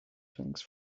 things